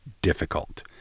difficult